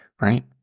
Right